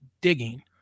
digging